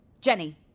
Jenny